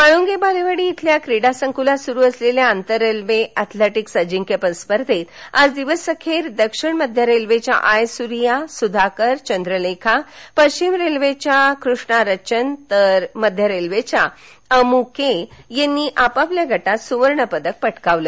म्हाळूंगे बालेवाडी इथल्या क्रीडा संक्लात सुरू असलेल्या आंतररेल्वे अॅथलेटीक्स अजिंक्यपद स्पर्धेत आज दिवस अखेर दक्षिण मध्य रेल्वेच्या आय सुरिया सुधाकर चंद्रलेखा पश्चिम रेल्वेच्या कृष्णा रचन तर मध्य रेल्वेच्या अमुके यांनी आपापल्या गटात सुवर्णपदक पटकावलं